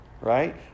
right